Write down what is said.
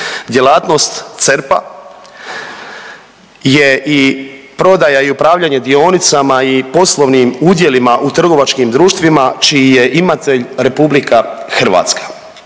Djelatnost CERP-a je i prodaja i upravljanje dionicama i poslovnim udjelima u trgovačkim društvima čiji je imatelj RH, a